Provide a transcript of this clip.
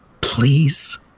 please